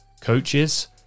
coaches